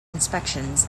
inspections